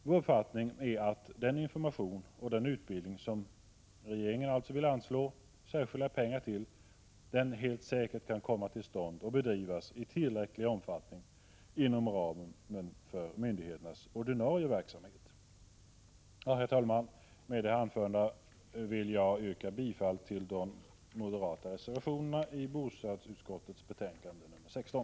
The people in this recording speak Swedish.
Vår uppfattning är att den information och den utbildning som regeringen vill anslå särskilda pengar till helt säkert kan komma till stånd och bedrivas i tillräcklig omfattning inom ramen för myndigheternas ordinarie verksamhet. Herr talman! Med det anförda vill jag yrka bifall till de moderata reservationerna i bostadsutskottets betänkande nr 16.